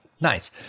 Nice